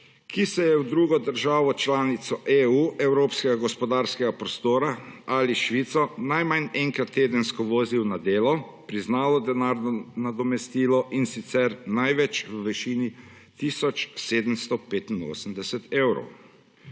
ki so se v drugo državo članico EU, Evropskega gospodarskega prostora ali Švico najmanj enkrat tedensko vozil na delo, priznava denarno nadomestilo, in sicer največ v višini tisoč 785 evrov.